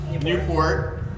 Newport